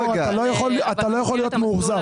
נאור, אתה לא יכול להיות מאוכזב.